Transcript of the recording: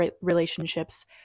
relationships